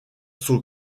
sont